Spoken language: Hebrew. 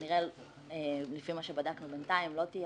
לפי מה שבדקנו בינתיים אין